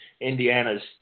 Indiana's